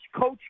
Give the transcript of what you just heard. Coach